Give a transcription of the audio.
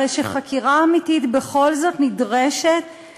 הרי שחקירה אמיתית בכל זאת נדרשת,